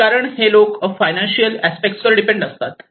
कारण हे लोक फायनान्शिअल अस्पेक्ट वर डिपेंड असतात